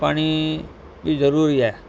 पाणी बि ज़रूरी आहे